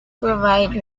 provides